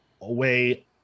away